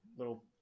Little